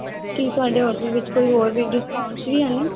ਕੀ ਤੁਹਾਡੇ ਹੋਟਲ ਵਿੱਚ ਕੋਈ ਹੋਰ ਵੀ ਡਿਸਕਾਊਂਟਸ ਵੀ ਹਨ